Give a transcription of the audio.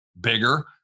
bigger